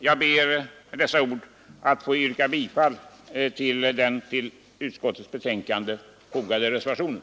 Jag ber med dessa ord att få yrka bifall till den till utskottets betänkande fogade reservationen.